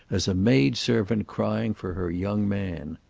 as a maidservant crying for her young man.